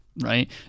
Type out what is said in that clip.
Right